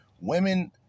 Women